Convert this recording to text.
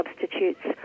substitutes